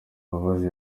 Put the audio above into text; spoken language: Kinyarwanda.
mbabazi